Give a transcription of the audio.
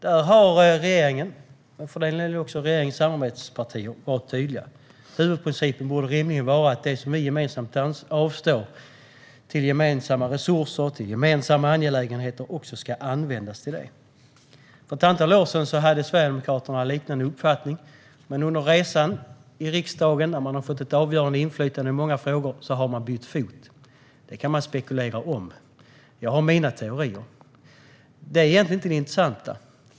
Här har regeringen och regeringens samarbetspartier varit tydliga. Huvudprincipen borde rimligen vara att det som vi gemensamt avstår till gemensamma resurser och angelägenheter också ska användas till det. För ett antal år sedan hade Sverigedemokraterna en liknande uppfattning. Men under resan i riksdagen, där man har fått ett avgörande inflytande i många frågor, har man bytt fot. Detta kan man spekulera om. Jag har mina teorier. Men det är egentligen inte det intressanta.